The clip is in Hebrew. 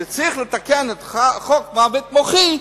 שצריך לתקן את חוק מוות מוחי,